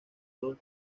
dos